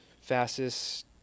fastest